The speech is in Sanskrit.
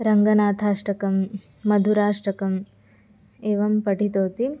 रङ्गनाथाष्टकं मधुराष्टकम् एवं पठितवती